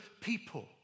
people